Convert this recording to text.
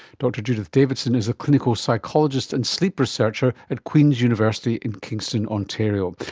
dr judith davidson is a clinical psychologist and sleep researcher at queen's university in kingston, ontario.